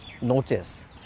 notice